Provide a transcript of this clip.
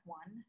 one